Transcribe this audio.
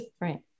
right